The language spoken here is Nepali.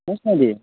कसरी